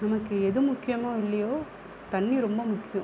நமக்கு எது முக்கியம இல்லையோ தண்ணி ரொம்ப முக்கியம்